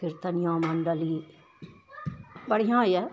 किरतनिआँ मण्डली बढ़िआँ यऽ